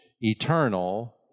eternal